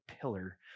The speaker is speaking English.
pillar